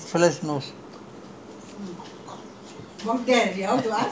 how's the masla or the selva this fellow's knows